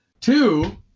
Two